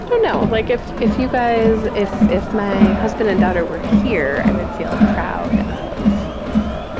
i don't know like if if you guys if if my husband and daughter were here, i would feel proud of